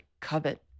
covet